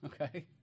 okay